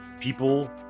People